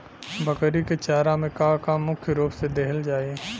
बकरी क चारा में का का मुख्य रूप से देहल जाई?